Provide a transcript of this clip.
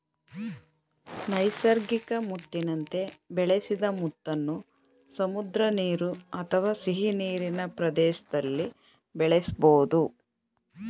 ನೈಸರ್ಗಿಕ ಮುತ್ತಿನಂತೆ ಬೆಳೆಸಿದ ಮುತ್ತನ್ನು ಸಮುದ್ರ ನೀರು ಅಥವಾ ಸಿಹಿನೀರಿನ ಪ್ರದೇಶ್ದಲ್ಲಿ ಬೆಳೆಸ್ಬೋದು